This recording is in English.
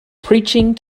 preaching